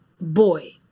boy